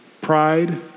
pride